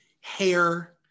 hair